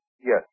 Yes